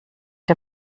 der